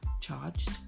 charged